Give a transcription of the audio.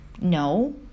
No